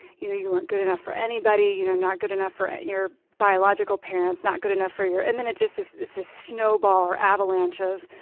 you know you weren't good enough for anybody. you know not good enough for your biological parents. not good enough for your and then it's just this this snowball or avalanche of,